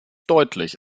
deutlich